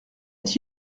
est